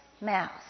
mouth